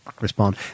respond